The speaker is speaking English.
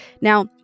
Now